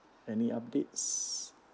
any updates